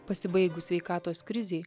pasibaigus sveikatos krizei